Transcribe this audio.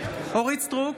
אורית מלכה סטרוק,